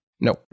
No